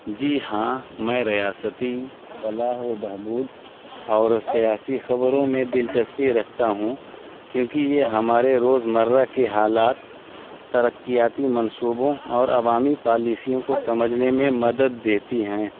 جی ہاں میں ریاستی فلاح و بہبود اور سیاسی خبروں میں دلچسپی رکھتا ہوں کیونکہ یہ ہمارے روزمرہ کے حالات ترقیاتی منصوبوں اور عوامی پالیسیوں کو سمجھنے میں مدد دیتی ہیں